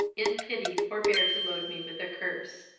in pity forbear to load me with a curse,